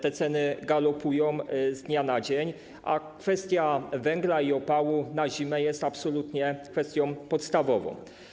Te ceny galopują z dnia na dzień, a kwestia węgla i opału na zimę jest absolutnie kwestią podstawową.